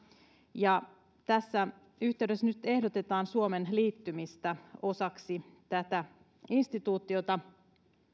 ja tässä yhteydessä nyt ehdotetaan suomen liittymistä osaksi tätä instituutiota